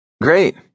Great